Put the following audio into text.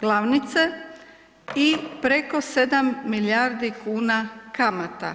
glavnice i preko 7 milijardi kuna kamata.